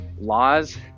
laws